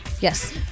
Yes